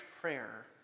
prayer